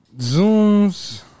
Zoom's